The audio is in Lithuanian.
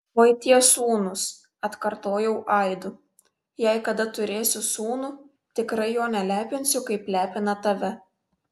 oi tie sūnūs atkartojau aidu jei kada turėsiu sūnų tikrai jo nelepinsiu kaip lepina tave